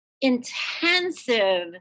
intensive